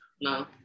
no